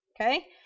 Okay